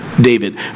David